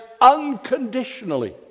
unconditionally